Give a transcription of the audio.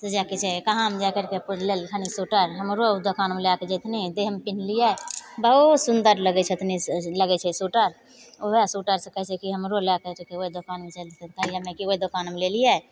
से जाके छै कहाँमे जा करिके लेलखिन सोइटर हमरो दोकानमे लैके जएथिन देहमे पिनहलिए बहुत सुन्दर लागै छथिन लागै छै सोइटर वएह सोइटरसे कहै छै कि हमरो लै करिके ओहि दोकानमे चलथिन कहलिए कि ओहि दोकानमे लेलिए